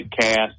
cast